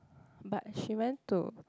but she went to